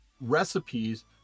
recipes